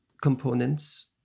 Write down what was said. components